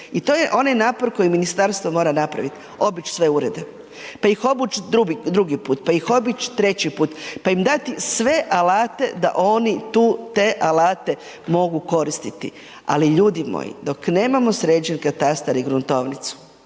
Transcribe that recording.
i to je onaj napor koji ministarstvo mora napravit, obić sve urede, pa ih obuć drugi put, pa ih obić treći put, pa im dati sve alate da oni tu te alate mogu koristiti. Ali ljudi moji, dok nemamo sređen katastar i gruntovnicu,